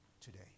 today